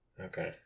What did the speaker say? Okay